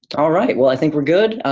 alright, well, i think we're good.